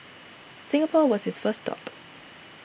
Singapore was his first stop